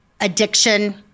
addiction